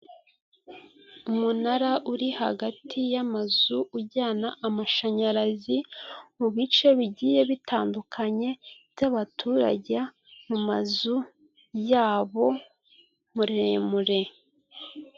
Umunara uri hagati y'amazu ujyana amashanyarazi mu bice bigiye bitandukanye by' abaturage mazu yabo muremure.